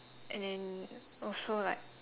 and then also like